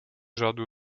řadu